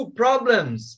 problems